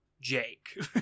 jake